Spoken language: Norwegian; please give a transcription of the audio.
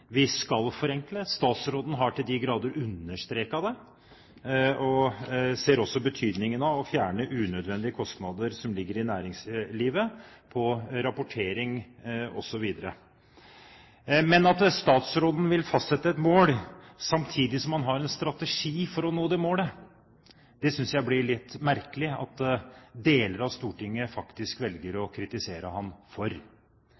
vi skal forenkle. Statsråden har til de grader understreket det, og ser også betydningen av å fjerne unødvendige kostnader for næringslivet for rapportering osv. Men at statsråden vil fastsette et mål samtidig som han har en strategi for å nå det målet, synes jeg det blir litt merkelig at deler av Stortinget faktisk velger å kritisere ham for.